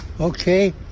Okay